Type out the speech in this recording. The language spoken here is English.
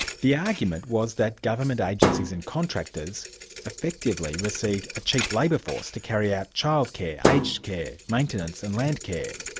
the argument was that government agencies and contractors effectively received a cheap labour force to carry out child care, aged care, maintenance and land care.